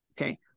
okay